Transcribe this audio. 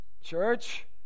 Church